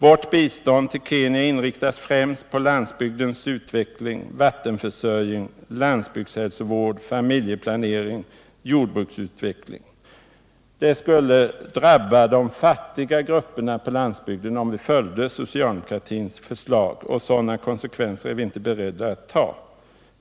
Vårt bistånd till Kenya inriktas främst på landsbygdens utveckling, vattenförsörjning, landsbygdshälsovård, familjeplanering och jordbruksutveckling. Det skulle främst drabba de fattiga grupperna på landsbygden om vi skulle följa socialdemokraternas förslag, och sådana konsekvenser är vi inte beredda att ta.